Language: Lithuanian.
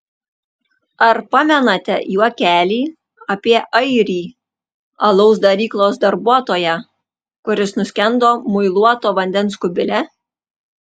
ar pamenate juokelį apie airį alaus daryklos darbuotoją kuris nuskendo muiluoto vandens kubile